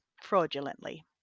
Fraudulently